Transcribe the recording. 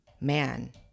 man